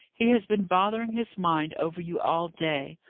he has been bothering his mind over you all day.